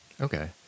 Okay